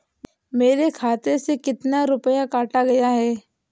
मेरे खाते से कितना रुपया काटा गया है?